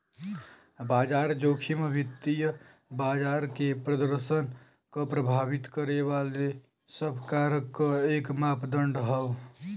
बाजार जोखिम वित्तीय बाजार के प्रदर्शन क प्रभावित करे वाले सब कारक क एक मापदण्ड हौ